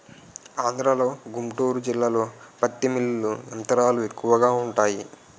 ఆంధ్రలో గుంటూరు జిల్లాలో పత్తి మిల్లులు యంత్రాలు ఎక్కువగా వుంటాయి